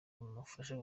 bimufasha